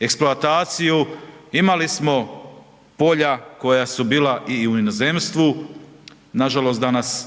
eksploataciju, imali smo polja koja su bila i u inozemstvu, nažalost danas,